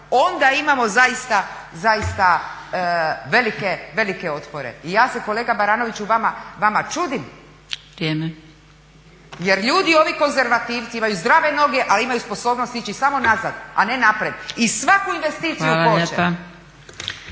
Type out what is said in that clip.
onda imamo zaista velike otpore. I ja se kolega Baranoviću vama čudim jer ljudi ovi konzervativci imaju zdrave noge ali imaju sposobnost ići samo nazad, a ne naprijed. I svaku investiciju hoće.